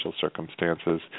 circumstances